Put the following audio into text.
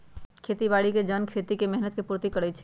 खेती बाड़ी के जन खेती में मेहनत के पूर्ति करइ छइ